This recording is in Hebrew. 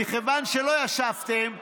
מכיוון שלא ישבתם,